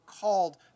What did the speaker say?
called